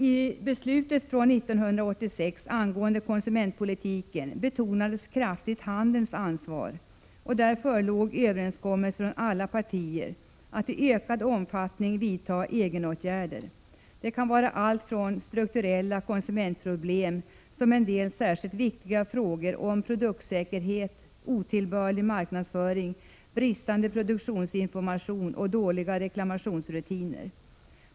I beslutet från 1986 om konsumentpolitiken betonades kraftigt handelns ansvar — och där förelåg en överenskommelse mellan alla partier — för att i ökad omfattning vidta egenåtgärder. Det kan vara allt från strukturella konsumentproblem till en del särskilt viktiga frågor om produktsäkerhet, otillbörlig marknadsföring, bristande produktionsinformation och dåliga reklamationsrutiner.